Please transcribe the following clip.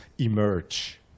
emerge